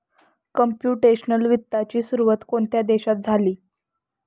Computational वित्ताची सुरुवात कोणत्या देशात झाली?